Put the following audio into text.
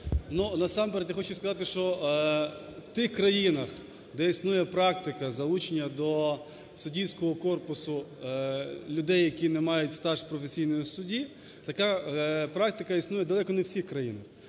насамперед я хочу сказати, що в тих країнах, де існує практика залучення до суддівського корпусу людей, які не мають стаж професійного судді, така практика існує далеко не у всіх країнах.